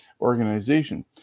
organization